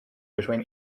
between